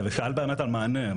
שאלת באמת על מענים,